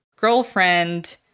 girlfriend